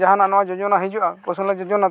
ᱡᱟᱦᱟᱱᱟᱜ ᱱᱚᱣᱟ ᱡᱳᱡᱳᱱᱟ ᱦᱤᱡᱩᱜᱼᱟ ᱠᱳᱣᱥᱚᱞᱟ ᱡᱳᱡᱳᱱᱟ